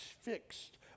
fixed